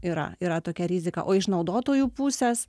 yra yra tokia rizika o iš naudotojų pusės